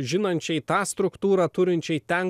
žinančiai tą struktūrą turinčiai ten